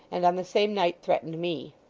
and on the same night threatened me